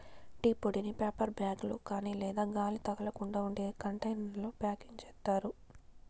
tea పొడిని paper bag లో కాని లేదా గాలి తగలకుండా ఉండే కంటైనర్లలో ప్యాకింగ్ చేత్తారు